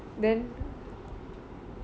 then